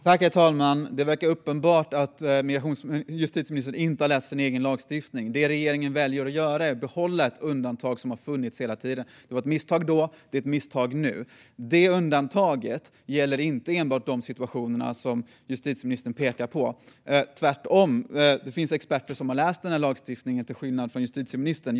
Herr talman! Det verkar uppenbart att justitieministern inte har läst sin egen lagstiftning. Det regeringen väljer att göra är att behålla ett undantag som har funnits hela tiden. Det var ett misstag då, och det är ett misstag nu. Det undantaget gäller inte enbart de situationer som justitieministern pekar på. Tvärtom! Det finns experter som har läst lagstiftningen, till skillnad från justitieministern.